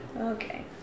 Okay